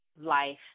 life